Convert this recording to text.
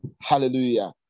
Hallelujah